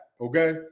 okay